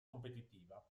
competitiva